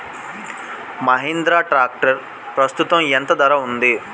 Mahindra tractor ప్రస్తుతం ఎంత ధర ఉంది?